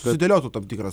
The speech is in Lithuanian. susidėliotų tam tikras